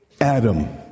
Adam